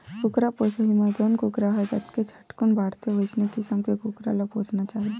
कुकरा पोसइ म जउन कुकरा ह जतके झटकुन बाड़थे वइसन किसम के कुकरा ल पोसना चाही